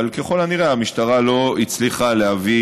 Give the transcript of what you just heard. אבל ככל הנראה המשטרה לא הצליחה להביא